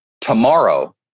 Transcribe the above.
tomorrow